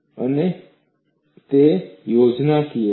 અને તે યોજનાકીય છે